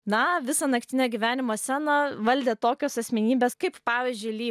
na visą naktinę gyvenimo sceną valdė tokios asmenybės kaip pavyzdžiui ly